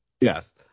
yes